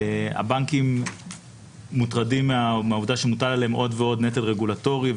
הבנקים מוטרדים מהעובדה שמוטל עליהם עוד ועוד נטל רגולטורי,